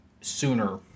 sooner